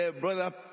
brother